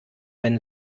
wenn